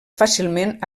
fàcilment